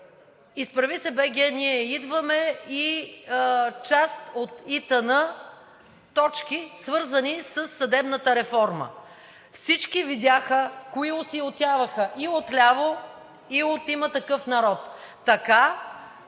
„Изправи се БГ! Ние идваме!“ и част от ИТН точки, свързани със съдебната реформа. Всички видяха кои осуетяваха и от ляво, и от „Има такъв народ“.